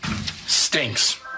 stinks